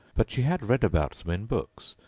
but she had read about them in books,